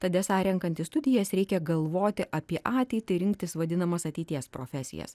tad esą renkantis studijas reikia galvoti apie ateitį rinktis vadinamas ateities profesijas